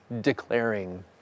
declaring